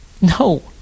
No